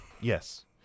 Yes